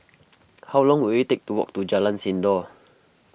how long will it take to walk to Jalan Sindor